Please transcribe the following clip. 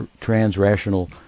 trans-rational